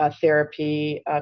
therapy